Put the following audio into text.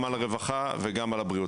גם על הרווחה וגם על הבריאות.